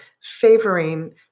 favoring